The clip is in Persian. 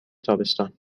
تابستان